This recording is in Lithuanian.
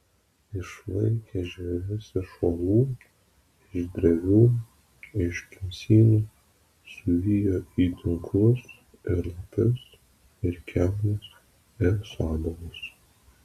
išvaikė žvėris iš olų iš drevių iš kimsynų suvijo į tinklus ir lapes ir kiaunes ir sabalus